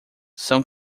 são